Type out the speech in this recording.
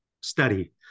study